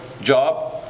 job